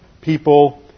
people